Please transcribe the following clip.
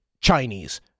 Chinese